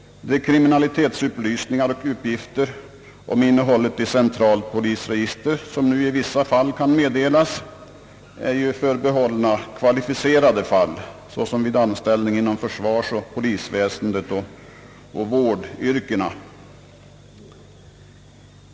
De kriminalitetsupplysningar genom det centrala polisregistret som i vissa fall nu kan meddelas är förbehållna kvalificerade fall, såsom vid anställning inom försvarsoch polisväsendet och inom vårdyrkena.